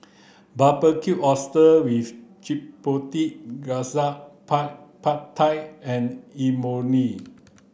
Barbecued Oysters with Chipotle Glaze Pad Pad Thai and Imoni